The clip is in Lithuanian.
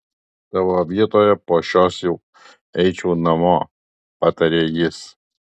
tavo vietoje po šios jau eičiau namo patarė jis